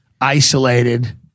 isolated